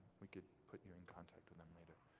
we can put you in contact with them later.